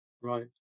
right